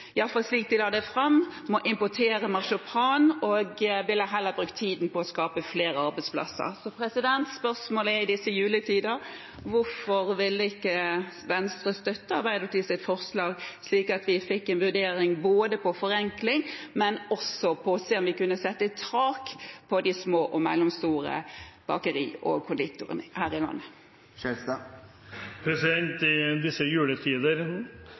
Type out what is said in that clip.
i alle fall slik de la det fram, må importere marsipan – og heller ville brukt tiden til å skape flere arbeidsplasser. Spørsmålet i disse juletider er: Hvorfor ville ikke Venstre støtte Arbeiderpartiets forslag, slik at vi fikk en vurdering både av en forenkling og av om en kunne sette et tak for de små og mellomstore bakeriene og konditorbedriftene her i landet? I disse juletider,